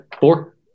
Four